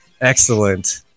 excellent